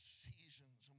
seasons